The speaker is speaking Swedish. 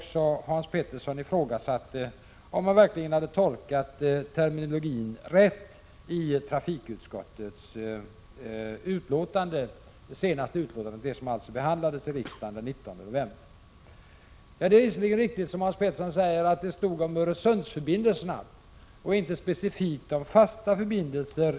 Även Hans Pettersson i Helsingborg ifrågasatte om man verkligen hade tolkat terminologin rätt i trafikutskottets senaste betänkande i frågan, alltså det betänkande som behandlades i riksdagen den 19 november. Det är visserligen riktigt att det i betänkandet, som Hans Pettersson säger, talades om Öresundsförbindelserna och inte specifikt om fasta förbindelser.